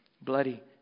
bloody